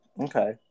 Okay